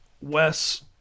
Wes